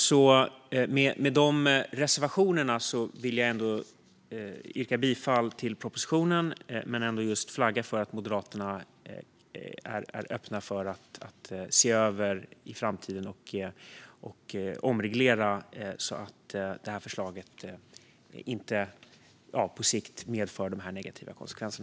Med dessa reservationer yrkar jag bifall till propositionen. Men jag flaggar ändå för att Moderaterna är öppna för att se över detta i framtiden och omreglera så att detta förslag inte på sikt medför dessa negativa konsekvenser.